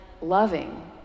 loving